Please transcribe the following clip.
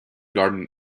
garden